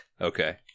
Okay